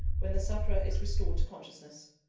when the sufferer is restored to consciousness.